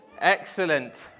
excellent